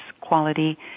quality